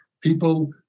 People